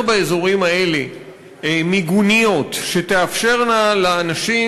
באזורים האלה מיגוניות שתאפשרנה לאנשים,